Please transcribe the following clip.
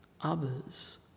Others